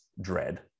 dread